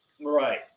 Right